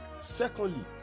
Secondly